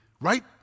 Right